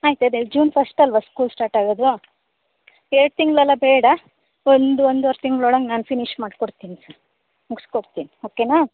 ಆಯ್ತು ಅದೆ June first ಅಲ್ವಾ ಸ್ಕೂಲ್ ಸ್ಟಾರ್ಟ್ ಆಗೋದು ಎರಡು ತಿಂಗಳೆಲ್ಲ ಬೇಡ ಒಂದು ಒಂದುವರೆ ತಿಂಗ್ಳು ಒಳಗೆ ನಾನು ಫಿನಿಷ್ ಮಾಡಿಕೊಡ್ತಿನಿ ಮುಗ್ಸ್ಕೊಡ್ತಿನಿ ಓಕೆನಾ